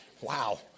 Wow